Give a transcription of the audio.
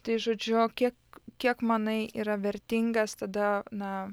tai žodžiu kiek kiek manai yra vertingas tada na